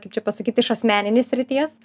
kaip čia pasakyt iš asmeninės srities